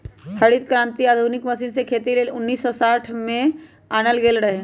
हरित क्रांति आधुनिक मशीन से खेती लेल उन्नीस सौ साठ में आनल गेल रहै